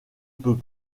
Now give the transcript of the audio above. peux